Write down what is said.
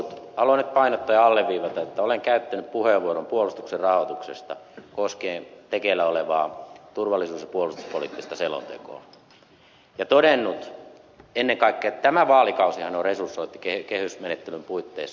haluan nyt painottaa ja alleviivata että olen käyttänyt puheenvuoron puolustuksen rahoituksesta koskien tekeillä olevaa turvallisuus ja puolustuspoliittista selontekoa ja todennut ennen kaikkea että tämä vaalikausihan on resursoitu kehysmenettelyn puitteissa